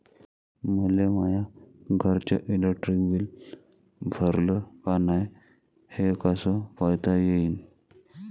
मले माया घरचं इलेक्ट्रिक बिल भरलं का नाय, हे कस पायता येईन?